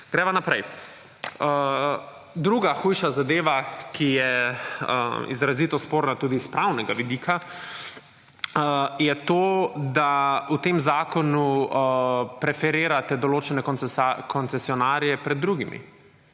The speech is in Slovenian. Greva naprej. Druga hujša zadeva, ki je izrazito sporna tudi s pravnega vidika, je to, da v tem zakonu preferirate določene koncesionarje pred drugimi.